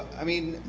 i mean,